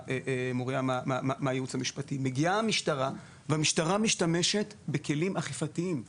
מוריה מהייעוץ המשפטי ומשתמשת בכלים אכיפתיים.